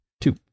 Two